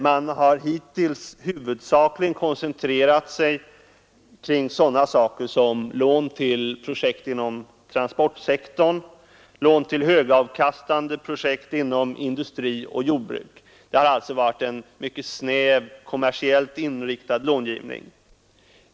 Man har hittills huvudsakligen koncentrerat sig på sådana saker som lån till projekt inom transportsektorn, lån till högavkastande projekt inom industri och jordbruk. Det har alltså varit en mycket snävt kommersiellt inriktad långivning.